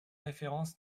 référence